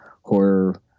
horror